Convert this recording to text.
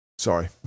Sorry